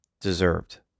deserved